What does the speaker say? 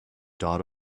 dot